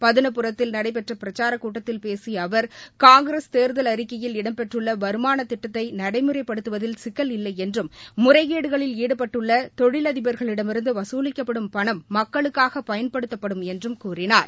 பதனபுரத்தில் நடைபெற்ற பிரச்சாரக் கூட்டத்தில் பேசிய அவர் காங்கிரஸ் தேர்தல் அறிக்கையில் இடம்பெற்றுள்ள வருமான திட்டத்தை நடைமுறைப்படுத்துவதில் சிக்கல் இல்லை என்றும் முறைகேடுகளில் ஈடுபட்டுள்ள தொழிலதிபர்களிடமிருந்து வசூலிக்கப்படும் பணம் மக்களுக்காக பயன்படுத்தப்படும் என்று கூறினார்